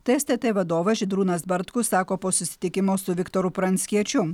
tai stt vadovas žydrūnas bartkus sako po susitikimo su viktoru pranckiečiu